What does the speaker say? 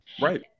Right